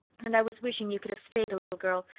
and i was wishing you could have stayed a little girl,